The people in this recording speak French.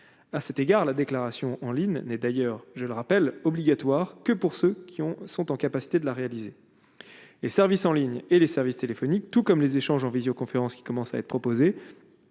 à cet égard la déclaration en ligne n'est d'ailleurs, je le rappelle obligatoire que pour ceux qui ont sont en capacité de la réaliser et services en ligne et les services téléphoniques, tout comme les échanges en visioconférence qui commencent à être proposés